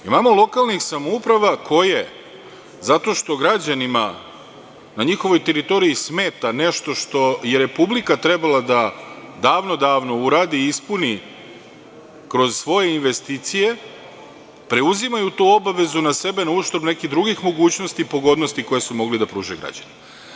Imamo lokalnih samouprava koje, zato što građanima na njihovoj teritoriji smeta nešto što je Republika trebala da davno, davno uradi i ispuni kroz svoje investicije, preuzimaju tu obavezu na sebe na uštrb nekih drugih mogućnosti i pogodnosti koje su mogli da pružaju građanima.